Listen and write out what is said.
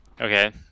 Okay